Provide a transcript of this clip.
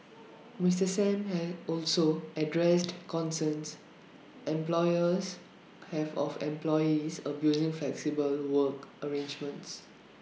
Mister Sam have also addressed concerns employers have of employees abusing flexible work arrangements